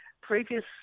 previous